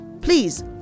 please